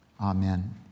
Amen